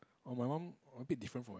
oh my mum a bit different from